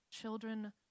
children